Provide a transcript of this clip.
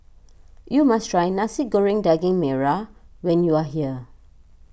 you must try Nasi Goreng Daging Merah when you are here